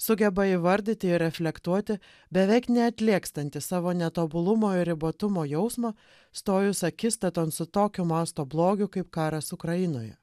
sugeba įvardyti ir reflektuoti beveik neatlėgstanti savo netobulumo ir ribotumo jausmą stojus akistaton su tokio masto blogiu kaip karas ukrainoje